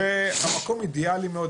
המקום אידיאלי מאוד,